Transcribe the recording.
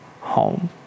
home